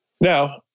Now